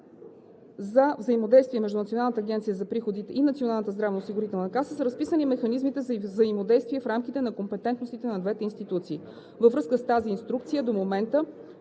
за взаимодействие между Националната агенция за приходите и Националната здравноосигурителна каса са разписани механизмите за взаимодействие в рамките на компетентностите на двете институции. Във връзка с тази инструкция до момента